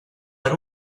per